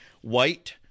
White